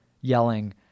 yelling